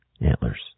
antlers